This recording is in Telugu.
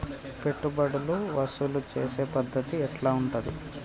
పెట్టుబడులు వసూలు చేసే పద్ధతి ఎట్లా ఉంటది?